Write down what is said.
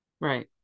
Right